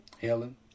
Helen